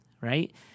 right